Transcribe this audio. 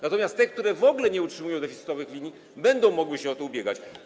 Natomiast te, które w ogóle nie utrzymują deficytowych linii, będą mogły się o to ubiegać.